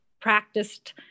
practiced